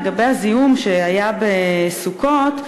לגבי הזיהום שהיה בסוכות,